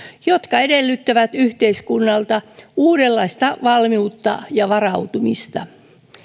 jotka edellyttävät yhteiskunnalta uudenlaista valmiutta ja varautumista